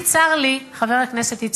אני, צר לי, חבר הכנסת איציק,